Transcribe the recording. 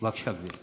בבקשה, גברתי.